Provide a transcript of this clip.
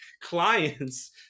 clients